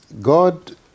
God